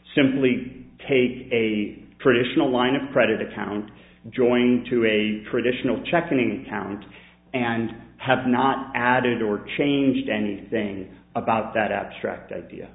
simply take a traditional line of credit account and join to a traditional checking account and have not added or changed anything about that